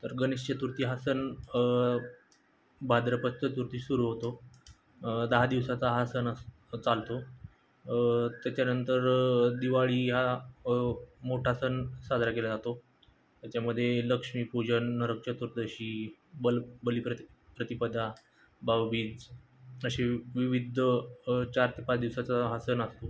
तर गणेश चतुर्थी हा सण भाद्रपदचतुर्थी सुरू होतो दहा दिवसाचा हा सण अस चालतो त्याच्यानंतर दिवाळी हा मोठा सण साजरा केला जातो त्याच्यामध्ये लक्ष्मीपूजन नरक चतुर्थशी बल बली प्रति प्रतिपदा भाऊबीज असे विविध चार ते पाच दिवसाचा हा सण असतो